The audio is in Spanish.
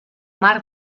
mar